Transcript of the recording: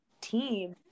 team